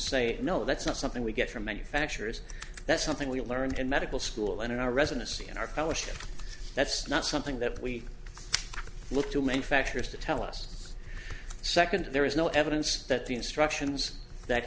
say no that's not something we get from manufacturers that's something we learned in medical school and in our residency in our college that's not something that we look to manufacturers to tell us second there is no evidence that the instructions that